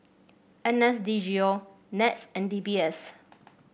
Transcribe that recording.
N S D G O NETS and D B S